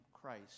Christ